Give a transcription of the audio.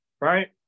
right